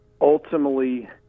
ultimately